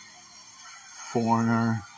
Foreigner